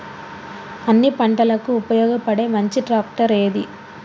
అన్ని పంటలకు ఉపయోగపడే మంచి ట్రాక్టర్ ఏది?